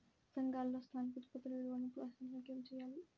సంఘాలలో స్థానిక ఉత్పత్తుల విలువను ప్రోత్సహించడానికి ఏమి చేయాలి?